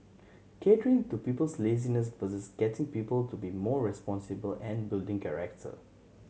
catering to people's laziness versus getting people to be more responsible and building character